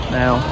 now